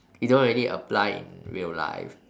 you don't really apply in real life